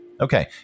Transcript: Okay